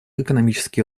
экономический